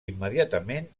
immediatament